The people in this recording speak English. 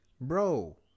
Bro